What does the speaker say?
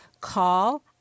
Call